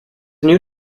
new